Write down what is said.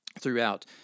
throughout